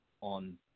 on